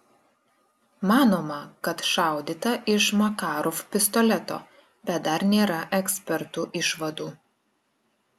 manoma kad šaudyta iš makarov pistoleto bet dar nėra ekspertų išvadų